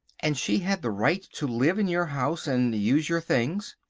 and she had the right to live in your house and use your things?